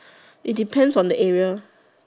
it depends on the area